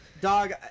dog